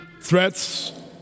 Threats